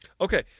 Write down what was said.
Okay